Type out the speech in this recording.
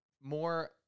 more